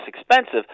expensive